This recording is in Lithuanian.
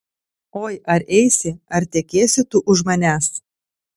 oi ar eisi ar tekėsi tu už manęs